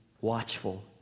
watchful